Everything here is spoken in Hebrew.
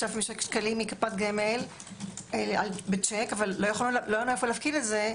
6,000 שקל מקופת גמל בצ'ק אבל לא היה איפה להפקיד את זה,